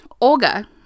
Olga